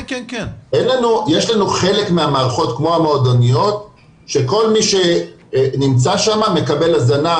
יש לנו חלק מהמערכות כמו המועדוניות שכל מי שנמצא שם מקבל הזנה,